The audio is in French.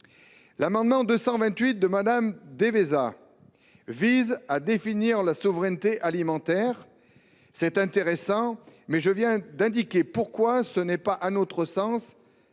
L’amendement n° 228 rectifié tend à définir la souveraineté alimentaire. C’est intéressant, mais je viens d’indiquer pourquoi ce n’est, à notre sens,